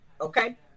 okay